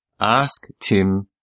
asktim